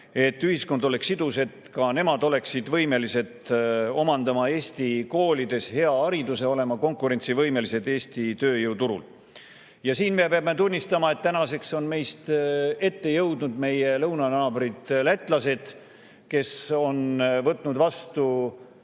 ühiskond oleks sidus, et ka nemad oleksid võimelised omandama Eesti koolides hea hariduse, olema konkurentsivõimelised Eesti tööjõuturul. Siin me peame tunnistama, et tänaseks on meist ette jõudnud meie lõunanaabrid lätlased, kes on juba varem